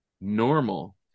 normal